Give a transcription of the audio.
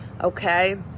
Okay